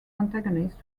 antagonists